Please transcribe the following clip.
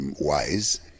wise